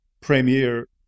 premier